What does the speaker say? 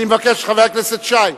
חבר הכנסת שי,